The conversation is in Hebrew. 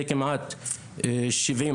זה כמעט 70%,